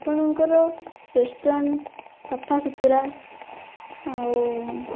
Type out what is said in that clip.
ଆପଣଙ୍କର ରେଷ୍ଟୁରାଣ୍ଟ୍ ସଫା ସୁତରା ଆଉ